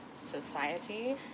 society